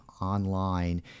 online